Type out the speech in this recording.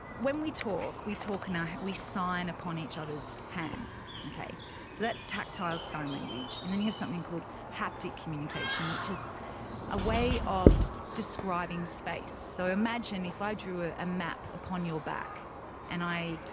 when we talk, we talk, and we sign upon each other's hands, ok? so that's tactile sign language and then you have something called haptic communication, which is a way of describing space. so imagine if i drew ah a map upon your back and i,